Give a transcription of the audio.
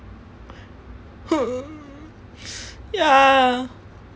ya